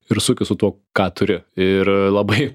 ir sukis su tuo ką turiu ir labai